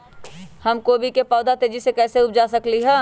हम गोभी के पौधा तेजी से कैसे उपजा सकली ह?